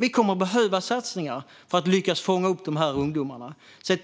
Vi kommer att behöva göra satsningar för att fånga upp dessa ungdomar, få